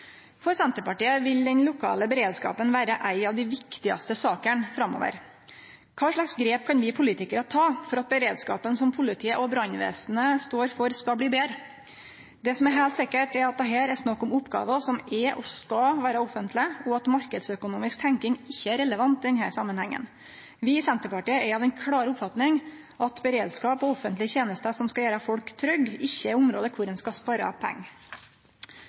For Senterpartiet vil den lokale beredskapen vere ei av dei viktigaste sakene framover. Kva slags grep kan vi politikarar ta for at beredskapen som politiet og brannvesenet står for, skal bli betre? Det som er heilt sikkert, er at det her er snakk om oppgåver som er og skal vere offentlege, og at marknadsøkonomisk tenking ikkje er relevant i denne samanhengen. Vi i Senterpartiet er av den klare oppfatninga at beredskap og offentlege tenester som skal gjere folk trygge, ikkje er område der ein skal spare pengar.